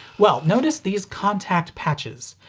well, notice these contact patches.